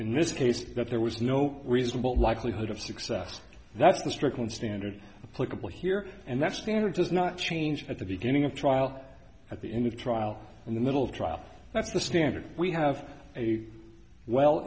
in this case that there was no reasonable likelihood of success that's the strickland standard political here and that standard does not change at the beginning of trial at the end of the trial in the middle of trial that's the standard we have a well